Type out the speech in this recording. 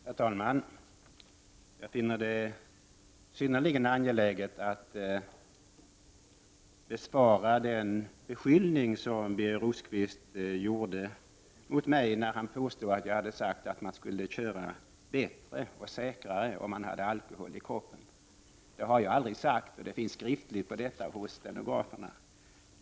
Herr talman! Jag finner det synnerligen angeläget att bemöta den beskyllning som Birger Rosqvist riktade mot mig, när han påstod att jag hade sagt att man skulle köra bättre och säkrare om man hade alkohol i blodet. Det har jag aldrig sagt, och det finns skriftligt på detta hos stenograferna.